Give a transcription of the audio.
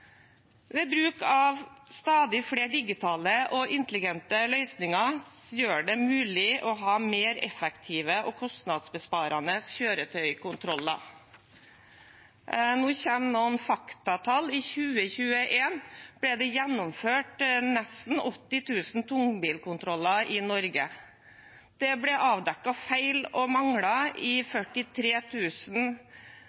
ved å øke ressursene til Arbeidstilsynet. Bruk av stadig flere digitale og intelligente løsninger gjør det mulig å ha mer effektive og kostnadsbesparende kjøretøykontroller. Nå kommer det noen faktatall: I 2021 ble det gjennomført nesten 80 000 tungbilkontroller i Norge. Det ble avdekket feil og mangler i